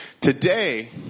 Today